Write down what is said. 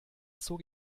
zog